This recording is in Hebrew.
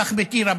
כך בטירה,